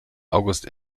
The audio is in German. august